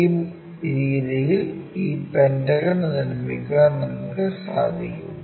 ഈ രീതിയിൽ ഈ പെന്റഗൺ നിർമ്മിക്കാൻ നമുക്ക് സാധിക്കും